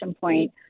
point